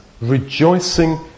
rejoicing